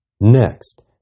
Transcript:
Next